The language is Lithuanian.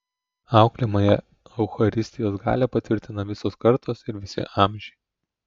auklėjamąją eucharistijos galią patvirtina visos kartos ir visi amžiai